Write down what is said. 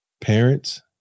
Parents